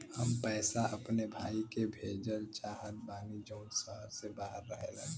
हम पैसा अपने भाई के भेजल चाहत बानी जौन शहर से बाहर रहेलन